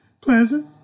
pleasant